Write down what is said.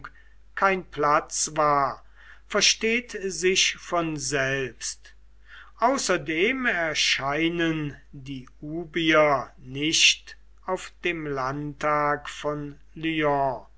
kein platz war versteht sich von selbst außerdem erscheinen die ubier nicht auf dem landtag von